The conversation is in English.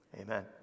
amen